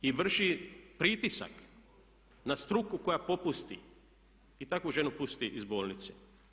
I vrši pritisak na struku koja popusti i takvu ženu pusti iz bolnice.